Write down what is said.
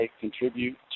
contribute